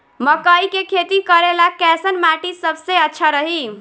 मकई के खेती करेला कैसन माटी सबसे अच्छा रही?